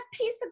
piece